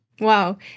Wow